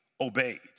obeyed